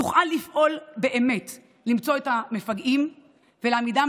תוכל לפעול באמת למצוא את המפגעים ולהעמידם